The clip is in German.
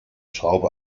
schraube